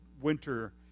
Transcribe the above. winter